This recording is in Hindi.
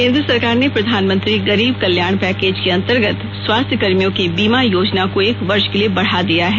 केंद्र सरकार ने प्रधानमंत्रीगरीब कल्याण पैकेज के अंतर्गत स्वास्थ्य कर्मियों की बीमा योजना को एक वर्ष के लिए बढा दिया है